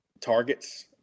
Targets